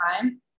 time